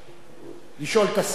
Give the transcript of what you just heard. לשאול את השר, זאת אומרת.